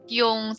yung